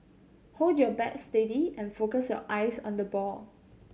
hold your bat steady and focus your eyes on the ball